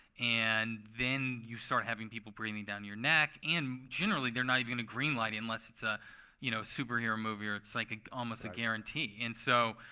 and then you start having people breathing down your neck. and, generally, they're not even going to green-light unless it's a you know superhero movie, or it's like ah almost a guarantee. and so,